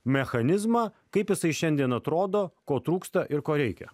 mechanizmą kaip jisai šiandien atrodo ko trūksta ir ko reikia